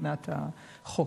מבחינת החוק.